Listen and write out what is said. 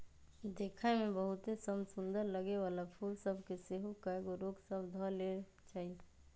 देखय में बहुते समसुन्दर लगे वला फूल सभ के सेहो कएगो रोग सभ ध लेए छइ